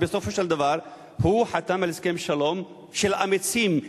אבל בסופו של דבר הוא חתם על הסכם שלום של אמיצים,